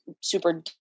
super